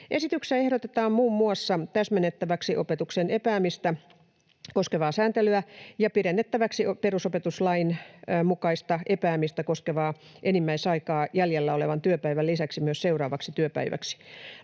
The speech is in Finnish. Esityksessä ehdotetaan muun muassa täsmennettäväksi opetuksen epäämistä koskevaa sääntelyä ja pidennettäväksi perusopetuslain mukaista epäämistä koskevaa enimmäisaikaa jäljellä olevan työpäivän lisäksi myös seuraavaksi työpäiväksi.